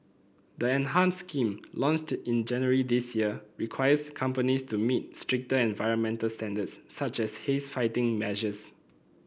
the enhanced scheme launched in January this year requires companies to meet stricter environmental standards such as haze fighting measures